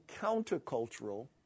countercultural